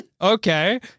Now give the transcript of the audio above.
okay